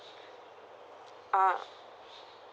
ah